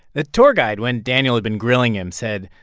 the tour guide, when daniel had been grilling him, said,